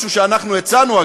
משהו שאנחנו הצענו,